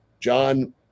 John